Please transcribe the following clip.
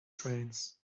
trains